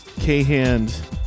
K-Hand